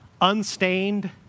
unstained